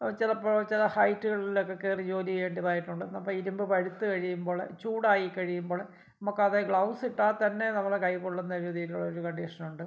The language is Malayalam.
ചിലപ്പോൾ ചില ഹൈറ്റുകളിലൊക്കെ കേറി ജോലി ചെയ്യേണ്ടതായിട്ടുണ്ട് അപ്പോൾ ഇരുമ്പ് പഴുത്ത് കഴിയുമ്പോൾ ചൂടായിക്കഴിയുമ്പോൾ നമുക്കാകെ ഗ്ലൗസിട്ടാൽ തന്നെ നമ്മുടെ കൈ പൊള്ളുന്ന ഒരു രീതിയിലുള്ള ഒരു കണ്ടീഷൻ ഉണ്ട്